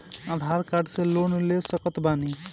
आधार card से loan ले सकत बणी?